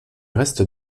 reste